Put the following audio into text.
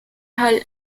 hull